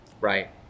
Right